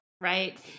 right